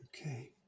Okay